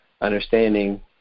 understanding